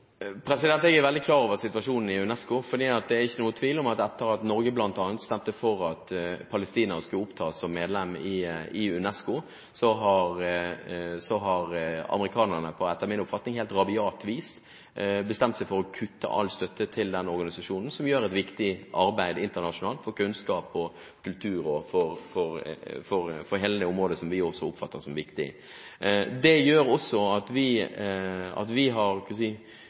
Jeg er veldig klar over situasjonen i UNESCO, for det er ikke noen tvil om at etter at Norge bl.a. stemte for at Palestina skulle opptas som medlem i UNESCO, har amerikanerne på etter min oppfatning helt rabiat vis bestemt seg for å kutte all støtte til den organisasjonen, som gjør et viktig arbeid internasjonalt for kunnskap, kultur og for hele det området som vi også oppfatter som viktig. I de gjennomgangene som vi gjør av de organisasjonene, har vi en god del påtegninger og en ting som vi